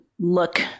look